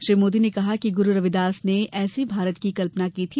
श्री मोदी ने कहा कि गुरू रविदास ने ऐसे भारत की कल्पना की थी